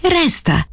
resta